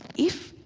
if